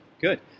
Good